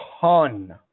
ton